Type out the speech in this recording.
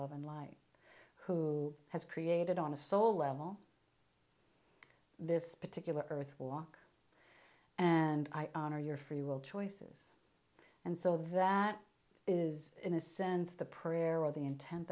light who has created on a soul level this particular earth walk and i honor your free will choices and so that is in a sense the prayer of the intent